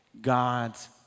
God's